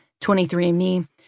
23andMe